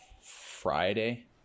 Friday